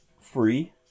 free